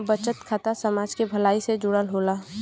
बचत खाता समाज के भलाई से जुड़ल होला